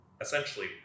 essentially